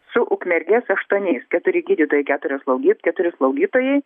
su ukmergės aštuoniais keturi gydytojai keturios slaugyt keturi slaugytojai